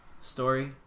story